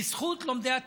בזכות לומדי התורה.